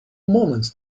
moments